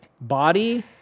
body